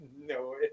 No